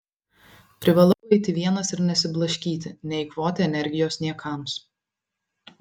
privalau eiti vienas ir nesiblaškyti neeikvoti energijos niekams